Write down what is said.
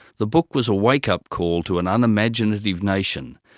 the book was a wake-up call to an unimaginative nation,